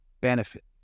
benefit